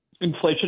inflation